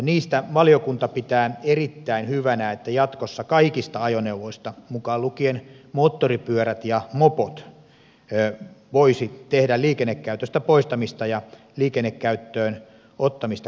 niistä valiokunta pitää erittäin hyvänä että jatkossa kaikista ajoneuvoista mukaan lukien moottoripyörät ja mopot voisi tehdä liikennekäytöstä poistamista ja liikennekäyttöön ottamista koskevan ilmoituksen